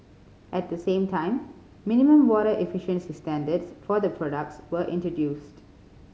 at the same time minimum water efficiency standards for the products were introduced